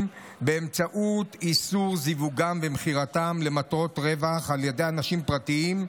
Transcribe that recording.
באמצעות איסור זיווגם ומכירתם למטרות רווח על ידי אנשים פרטיים,